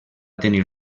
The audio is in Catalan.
tenir